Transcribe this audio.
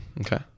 Okay